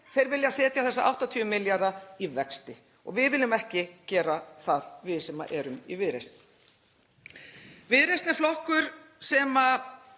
vilja setja þessa 80 milljarða í vexti. Við viljum ekki gera það, við sem erum í Viðreisn. Viðreisn er flokkur sem